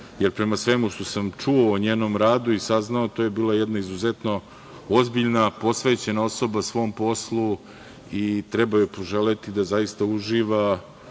jer prema svemu što sam čuo o njenom radu i saznao, to je bila jedna izuzetno ozbiljna, posvećena osoba svom poslu i treba joj poželeti da uživa